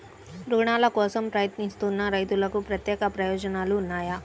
రుణాల కోసం ప్రయత్నిస్తున్న రైతులకు ప్రత్యేక ప్రయోజనాలు ఉన్నాయా?